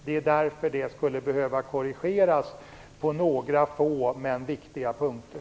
Det är därför som förslaget skulle behöva korrigeras på några få men viktiga punkter.